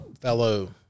fellow